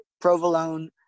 provolone